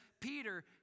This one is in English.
Peter